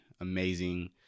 amazing